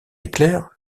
éclair